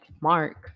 Mark